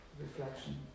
reflection